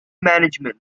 management